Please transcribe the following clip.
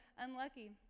unlucky